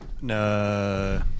No